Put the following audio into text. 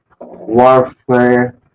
warfare